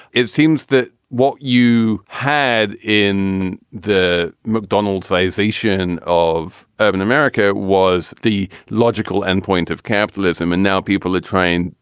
it seems that what you had in the mcdonald's ization of urban america was the logical end point of capitalism. and now people are trying,